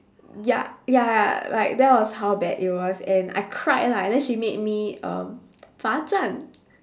ya ya like that was how bad it was and I cried lah and then she made me um 罚站